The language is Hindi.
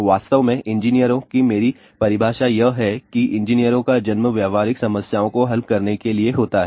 वास्तव में इंजीनियरों की मेरी परिभाषा यह है कि इंजीनियरों का जन्म व्यावहारिक समस्याओं को हल करने के लिए होता है